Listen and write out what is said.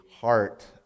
heart